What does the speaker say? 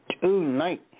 tonight